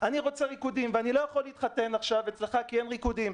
אני רוצה ריקודים ואני לא יכול להתחתן אצלך כי אין ריקודים,